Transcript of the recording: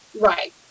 Right